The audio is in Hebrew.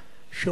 שאומרים,